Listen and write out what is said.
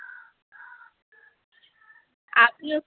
আপনিও